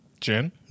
Jen